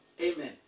amen